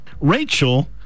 Rachel